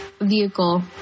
vehicle